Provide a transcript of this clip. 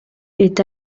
est